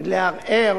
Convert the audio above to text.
לערער